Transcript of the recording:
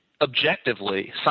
objectively